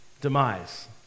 demise